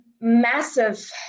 massive